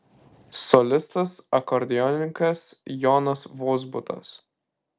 solistas akordeonininkas jonas vozbutas